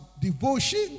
devotion